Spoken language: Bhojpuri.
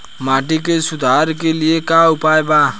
माटी के सुधार के लिए का उपाय बा?